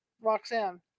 Roxanne